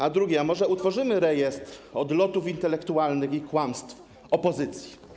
A z drugiej strony - może utworzymy rejestr odlotów intelektualnych i kłamstw opozycji?